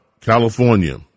California